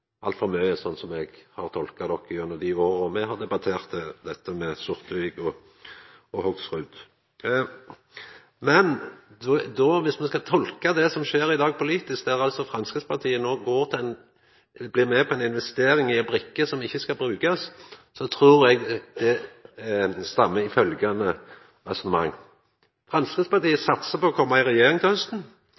som eg har tolka dei i dei åra me har debattert dette med Sortevik og Hoksrud. Viss me skal tolka det som skjer i dag politisk, der Framstegspartiet no blir med på ei investering i ei brikke som ikkje skal brukast, trur eg det stammar frå følgjande resonnement: Framstegspartiet satsar på å koma i regjering til hausten,